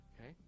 Okay